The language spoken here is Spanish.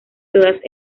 todas